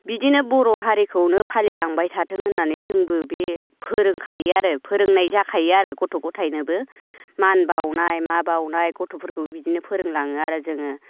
बिदिनो बर' हारिखौनो फालिलांबाय थाथों होननानै जोंबो बे फोरोंखायो आरो फोरोंनाय जाखायो आरो गथ' गथाइनोबो मान बावनाय मा बावनाय गथ'फोरखौबो बिदिनो फोरोंलाङो आरो जोङो